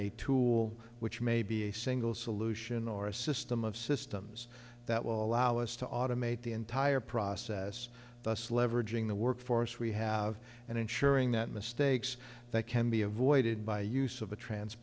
a tool which may be a single solution or a system of systems that will allow us to automate the entire process thus leveraging the workforce we have and ensuring that mistakes that can be avoided by use of a trans